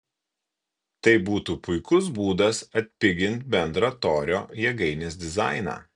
tai būtų puikus būdas atpigint bendrą torio jėgainės dizainą